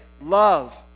Love